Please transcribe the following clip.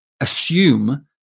assume